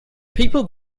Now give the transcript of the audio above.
people